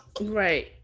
Right